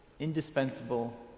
indispensable